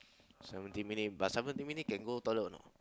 seventeen minutes but seventeen minutes can go toilet or not